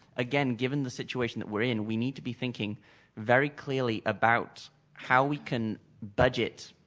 again, given the situation that we're in, we need to be thinking very clearly about how we can budget